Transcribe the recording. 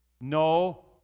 No